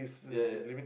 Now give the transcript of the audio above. ya ya